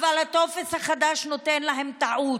אבל הטופס החדש נותן להם טעות.